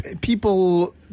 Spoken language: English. people